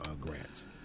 grants